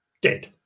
dead